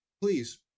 Please